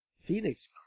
Phoenix